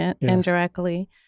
indirectly